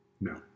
No